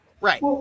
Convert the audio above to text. Right